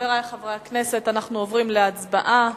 חברי חברי הכנסת, אנחנו עוברים להצבעה.